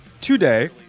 Today